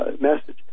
message